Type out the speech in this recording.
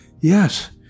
yes